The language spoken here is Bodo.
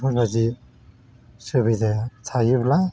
बेफोरबायदि सुबिदाया थायोब्ला